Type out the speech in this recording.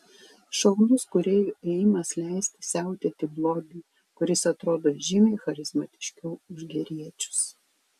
šaunus kūrėjų ėjimas leisti siautėti blogiui kuris atrodo žymiai charizmatiškiau už geriečius